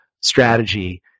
strategy